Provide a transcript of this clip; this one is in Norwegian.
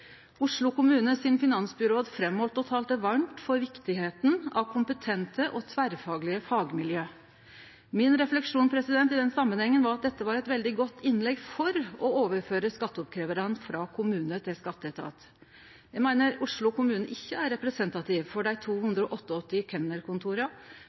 Oslo kommune peika på og talte varmt om kor viktig det er med kompetente og tverrfaglege fagmiljø. Min refleksjon i den samanhengen var at dette var eit veldig godt innlegg for å overføre skatteoppkrevjinga frå kommune til skatteetat. Eg meiner Oslo kommune ikkje er representativ for dei